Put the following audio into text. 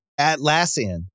Atlassian